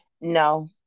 No